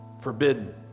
forbidden